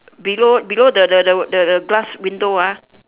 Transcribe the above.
below below the the the the the glass window ah